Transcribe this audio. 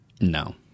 no